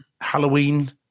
Halloween